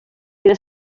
era